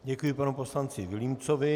Děkuji panu poslanci Vilímcovi.